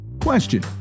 Question